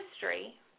history